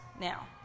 Now